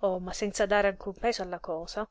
oh ma senza dare alcun peso alla cosa